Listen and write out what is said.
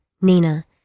Nina